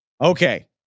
Okay